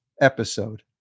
episode